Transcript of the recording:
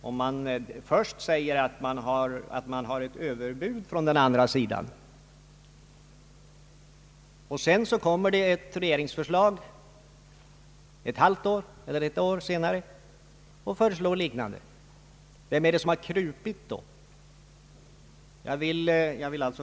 Om man först säger sig ha ett överbud från motparten och det ett halvt eller ett år senare kommer ett liknande regeringsförslag, vem är det då som har krupit?